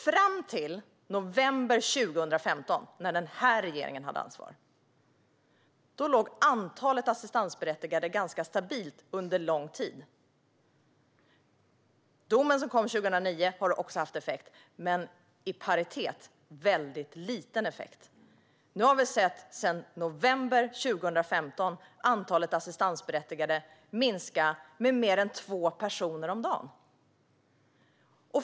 Fram till november 2015, när denna regering hade ansvar, låg antalet assistansberättigade på en ganska stabil nivå under lång tid. Domen som kom 2009 har också haft effekt, men jämförelsevis en väldigt liten effekt. Nu har vi sedan november 2015 sett antalet assistansberättigade minska med mer än två personer om dagen.